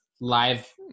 live